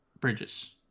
Bridges